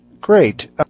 Great